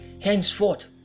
Henceforth